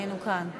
הנה, הוא כאן.